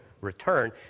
return